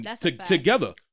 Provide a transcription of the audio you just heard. together